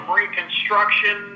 reconstruction